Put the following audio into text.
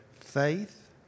Faith